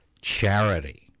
charity